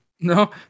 No